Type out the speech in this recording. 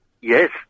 Yes